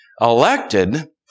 elected